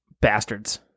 bastards